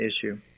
issue